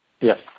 Yes